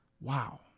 Wow